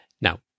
Now